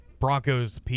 Broncos